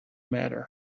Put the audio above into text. matter